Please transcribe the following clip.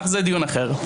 אך זה דיון אחר.